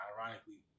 Ironically